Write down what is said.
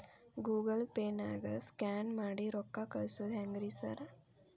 Google ಪೇನಾಗ scan ಮಾಡಿ ರೊಕ್ಕಾ ಕಳ್ಸೊದು ಹೆಂಗ್ರಿ ಸಾರ್?